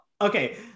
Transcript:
Okay